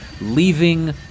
leaving